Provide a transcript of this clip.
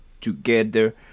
together